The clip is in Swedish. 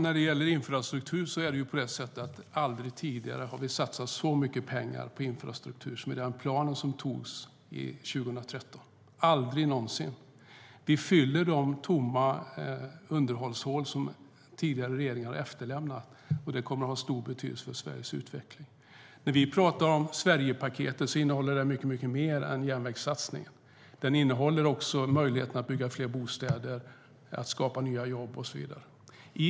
Herr talman! Aldrig tidigare har vi satsat så mycket pengar på infrastruktur som i den plan som togs 2013. Vi fyller de underhållshål som tidigare regeringar har efterlämnat, och det kommer att ha stor betydelse för Sveriges utveckling. Sverigepaketet innehåller mycket mer än järnvägssatsningar. Det innehåller också möjligheten att bygga fler bostäder, att skapa nya jobb och så vidare.